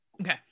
Okay